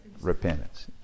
Repentance